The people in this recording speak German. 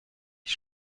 die